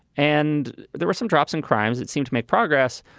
and there were some drops in crimes that seemed to make progress.